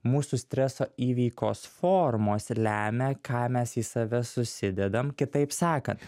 mūsų streso įveikos formos lemia ką mes į save susidedam kitaip sakant